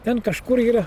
ten kažkur yra